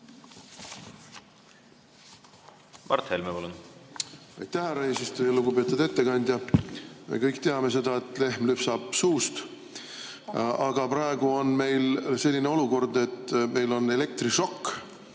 Mart Helme, palun! Aitäh, härra eesistuja! Lugupeetud ettekandja! Me kõik teame seda, et lehm lüpsab suust. Aga praegu on meil selline olukord, et meil on elektrišokk.